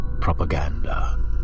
propaganda